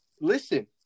Listen